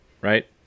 Right